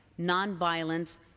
nonviolence